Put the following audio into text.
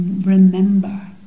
remember